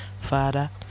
father